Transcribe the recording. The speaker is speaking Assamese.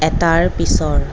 এটাৰ পিছৰ